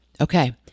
Okay